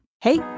Hey